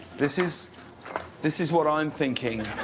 this is this is what i am thinking,